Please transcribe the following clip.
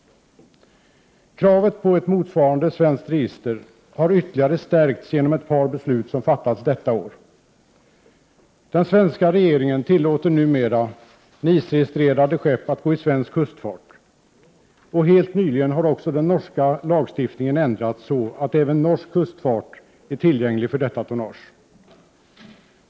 Kravet på ett motsvarande svenskt register har ytterligare stärkts genom ett par beslut som har fattats under detta år. Den svenska regeringen tillåter numera NIS-registrerade skepp att gå i svensk kustfart, och helt nyligen har också den norska lagstiftningen ändrats så att även norsk kustfart är tillgänglig för detta tonnage.